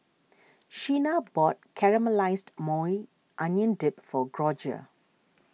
Shenna bought Caramelized Maui Onion Dip for Gregoria